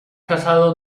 casado